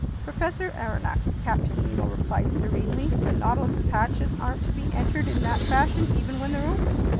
professor aronnax, captain nemo replied serenely, the nautilus's hatches aren't to be entered in that fashion even when they're open.